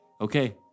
Okay